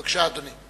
בבקשה, אדוני.